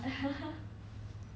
mm